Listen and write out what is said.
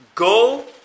Go